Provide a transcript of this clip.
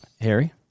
Harry